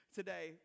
today